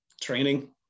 training